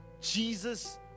Jesus